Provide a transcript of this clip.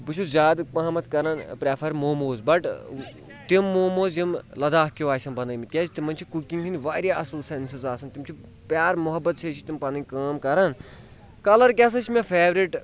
بہٕ چھُس زیادٕ پہمَتھ کَران پرٛیفَر موموز بَٹ تِم موموز یِم لَداخ کیو آسَن بَنٲمٕتۍ کیٛازِ تِمَن چھِ کُکِنٛگ ہٕنٛدۍ واریاہ اَصٕل سٮ۪نسِز آسَن تِم چھِ پیار محبت سۭتۍ چھِ تِم پَنٕنۍ کٲم کَران کَلَر کیٛاہ سا چھِ مےٚ فیورِٹ